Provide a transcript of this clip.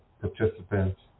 participants